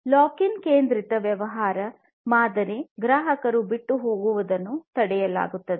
lock in ಕೇಂದ್ರಿತ ವ್ಯವಹಾರ ಮಾದರಿ ಗ್ರಾಹಕರು ಬಿಟ್ಟು ಹೋಗುವುದುನ್ನು ತಡೆಯುತ್ತದೆ